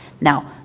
Now